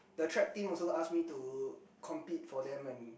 the trap team also ask me to compete for them and